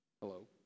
Hello